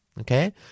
Okay